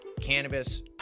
cannabis